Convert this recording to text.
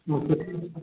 अच्छा ठीक